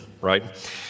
right